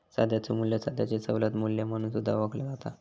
सध्याचो मू्ल्य सध्याचो सवलत मू्ल्य म्हणून सुद्धा ओळखला जाता